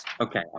okay